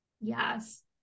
yes